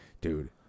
Dude